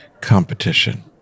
Competition